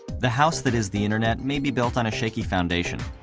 the house that is the internet may be built on a shaky foundation,